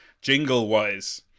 jingle-wise